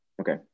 Okay